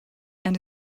and